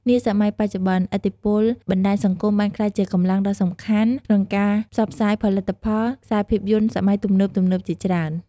នាសម័យបច្ចុប្បន្នឥទ្ធិពលបណ្តាញសង្គមបានក្លាយជាកម្លាំងដ៏សំខាន់ក្នុងការផ្សព្វផ្សាយផលិតផល ខ្សែរភាពយន្តសម័យទំនើបៗជាច្រើន ។